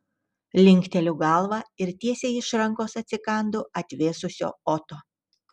linkteliu galvą ir tiesiai iš rankos atsikandu atvėsusio oto